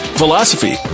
philosophy